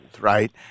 right